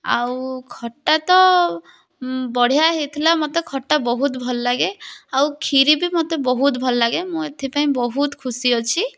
ଆଉ ଖଟା ତ ବଢ଼ିଆ ହୋଇଥିଲା ମୋତେ ଖଟା ବହୁତ ଭଲ ଲାଗେ ଆଉ କ୍ଷୀରି ବି ମୋତେ ବହୁତ ଭଲ ଲାଗେ ମୁଁ ଏଥିପାଇଁ ବହୁତ ଖୁସି ଅଛି